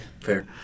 Fair